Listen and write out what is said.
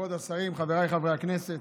כבוד השרים, חבריי חברי הכנסת,